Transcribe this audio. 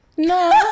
No